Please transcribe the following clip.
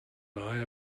lie